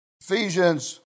Ephesians